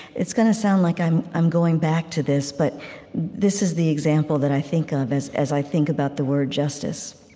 it's going to sound like i'm i'm going back to this, but this is the example that i think of as as i think about the word justice.